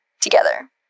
together